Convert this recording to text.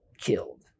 killed